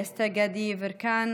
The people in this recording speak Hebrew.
דסטה גדי יברקן,